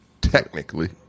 Technically